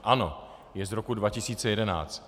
ANO je z roku 2011.